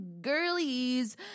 girlies